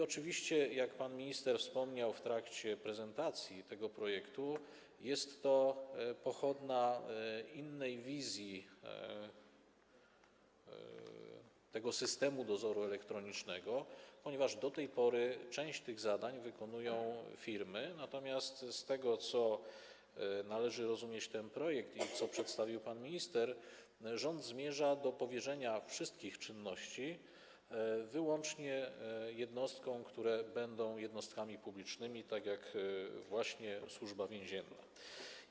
Oczywiście, jak pan minister wspomniał w trakcie prezentacji tego projektu, jest to pochodna innej wizji systemu dozoru elektronicznego, ponieważ do tej pory część tych zadań wykonują firmy, natomiast z tego, jak należy rozumieć ten projekt i co przedstawił pan minister, wynika, że rząd zmierza do powierzenia wszystkich czynności wyłącznie jednostkom, które będą jednostkami publicznymi, takimi jak właśnie Służba Więzienna.